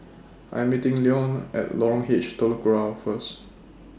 I'm meeting Leone At Lorong H Telok Kurau First